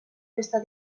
festa